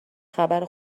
خبر